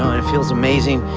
it feels amazing,